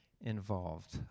involved